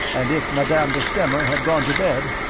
and if madame de stamer had gone to bed,